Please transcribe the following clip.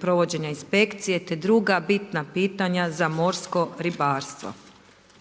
provođenje inspekcije, te druga bitna pitanja za morsko ribarstvo.